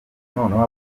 noneho